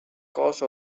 cause